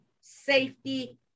safety